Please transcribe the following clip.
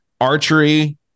archery